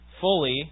fully